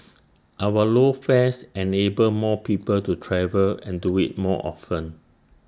our low fares enable more people to travel and do IT more often